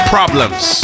Problems